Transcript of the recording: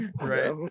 Right